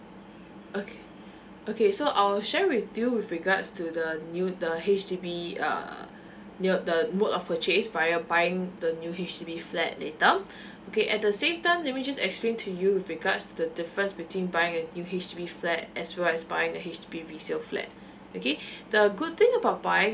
okay okay so I'll share with you with regards to the new the H_D_B uh near the mode of purchase while buying the new H_D_B flat later okay at the same time let me just explain to you with regards to the difference between buying a new H_D_B flat as well as buying a H_D_B resale flat okay the good thing about buying